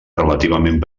relativament